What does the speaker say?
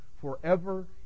forever